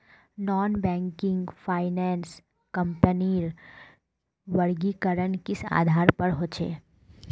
Non banking finance कंपनीर वर्गीकरण किस आधार पर होचे?